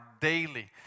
daily